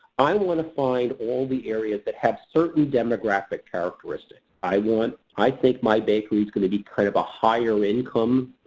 i and want to find all the areas that have certain demographic characteristics. i want, i think my bakery is going to be kind of a higher income,